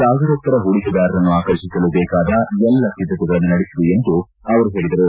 ಸಾಗರೋತ್ತರ ಹೂಡಿಕೆದಾರರನ್ನು ಆಕರ್ಷಿಸಲು ಬೇಕಾದ ಎಲ್ಲ ಸಿದ್ದತೆಗಳನ್ನು ನಡೆಸಿದೆ ಎಂದು ಹೇಳದರು